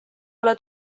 ole